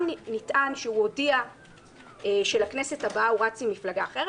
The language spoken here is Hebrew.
גם נטען שהוא הודיע שלכנסת הבאה הוא רץ עם מפלגה אחרת,